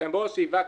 איתן ברושי, וקנין,